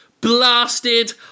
blasted